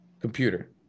computer